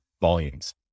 volumes